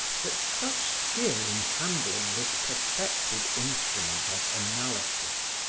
but such skill in handling this perfected instrument of analysis,